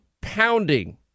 pounding